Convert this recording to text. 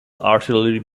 artillery